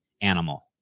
animal